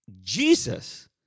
Jesus